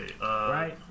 right